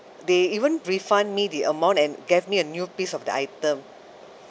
they even refund me the amount and gave me a new piece of the item